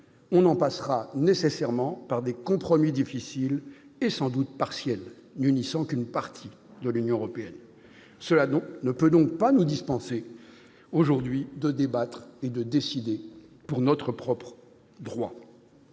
on en passera nécessairement par des compromis difficiles et sans doute partiels, unissant une partie, seulement, de l'Union européenne. Cela ne peut par conséquent pas nous dispenser, aujourd'hui, de débattre et de décider pour notre propre droit.